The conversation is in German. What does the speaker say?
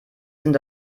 sind